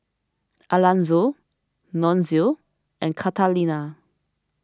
Alanzo Nunzio and Catalina